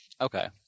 Okay